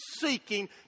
seeking